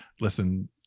Listen